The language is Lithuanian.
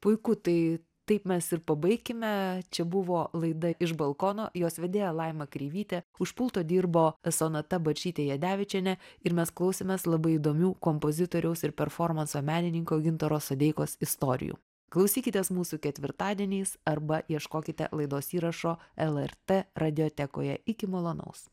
puiku tai taip mes ir pabaikime čia buvo laida iš balkono jos vedėja laima kreivytė už pulto dirbo sonata barčytė jadevičienė ir mes klausėmės labai įdomių kompozitoriaus ir performanso menininko gintaro sodeikos istorijų klausykitės mūsų ketvirtadieniais arba ieškokite laidos įrašo lrt radiotekoje iki malonaus